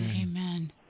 Amen